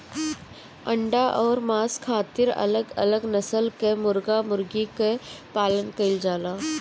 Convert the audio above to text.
अंडा अउर मांस खातिर अलग अलग नसल कअ मुर्गा मुर्गी कअ पालन कइल जाला